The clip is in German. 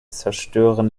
zerstören